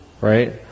right